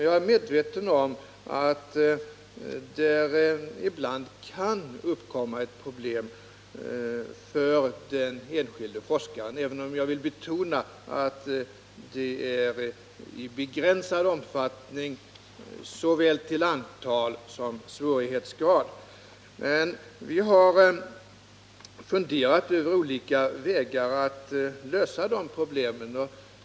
Jag är medveten om att det ibland kan uppkomma problem för den enskilde forskaren, även om jag vill betona att det är i begränsad omfattning till såväl antal som svårighetsgrad. Vi har funderat över olika vägar att lösa de problemen.